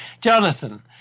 Jonathan